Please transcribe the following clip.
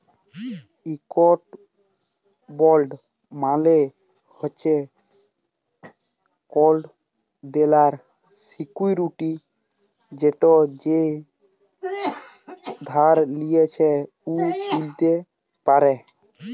ইকট বল্ড মালে হছে কল দেলার সিক্যুরিটি যেট যে ধার লিছে উ তুলতে পারে